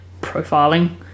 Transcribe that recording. profiling